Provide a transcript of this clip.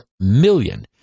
million